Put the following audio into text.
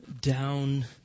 down